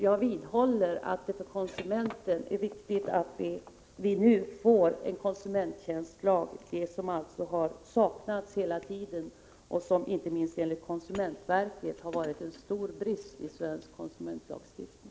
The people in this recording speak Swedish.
Jag vidhåller att det för konsumenten är viktigt att vi nu får en konsumenttjänstlag — något som ju har saknats hela tiden, vilket inte minst enligt konsumentverket varit en stor brist i svensk konsumentlagstiftning.